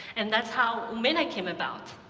and that's how omena came about.